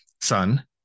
son